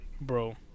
bro